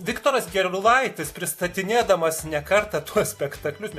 viktoras gerulaitis pristatinėdamas ne kartą tuos spektaklius